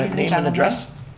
name and address?